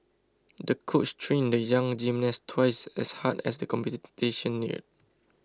the coach trained the young gymnast twice as hard as the competition neared